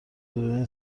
دنیای